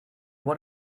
what